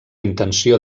intenció